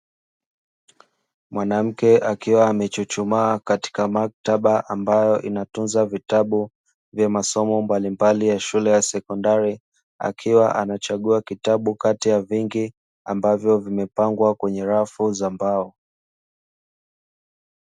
Mwanamke akiwa amechuchumaa katika maktaba, ambayo inatunza vitabu vya masomo mbalimbali ya shule ya sekondari. Akiwa amechagua kitabu kati ya vingi ambavyo vimepangwa kwenye rafu za mbao.